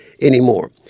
anymore